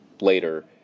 later